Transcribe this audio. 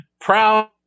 Proud